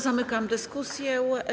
Zamykam dyskusję.